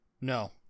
No